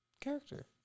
Character